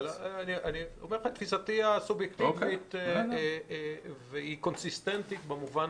אני אומר לך את תפיסתי הסובייקטיבית והיא קונסיסטנטית במובן